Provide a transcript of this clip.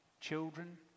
children